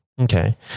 Okay